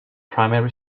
primary